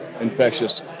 infectious